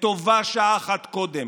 וטובה שעה אחת קודם.